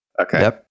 okay